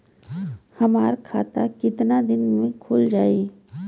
हमर खाता कितना केतना दिन में खुल जाई?